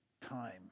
time